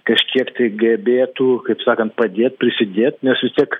kažkiek tai gebėtų kaip sakant padėt prisidėt nes vistiek